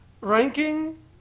Ranking